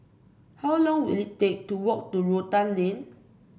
how long will it take to walk to Rotan Lane